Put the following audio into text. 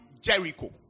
Jericho